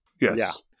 Yes